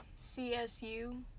CSU